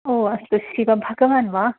ओ अस्तु शिवः भगवान् वा